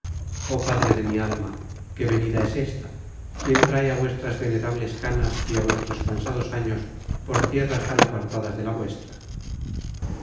oh padre de mi alma qué venida es ésta quién trae á vuestras venerables canas y á vuestros cansados años por tierras tan apartadas de la vuestra